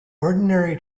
ordinary